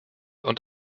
und